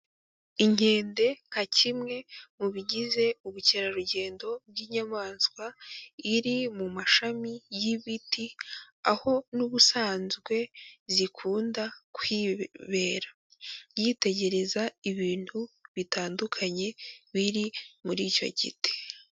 Inkende nka kimwe mu bigize ubukerarugendo bw'inyamaswa, iri mu mashami y'ibiti, aho n'ubusanzwe zikunda kwibera, yitegereza ibintu bitandukanye biri muri icyo giti.